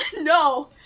No